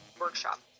workshop